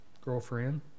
girlfriend